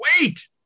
Wait